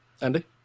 Andy